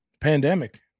Pandemic